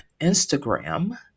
Instagram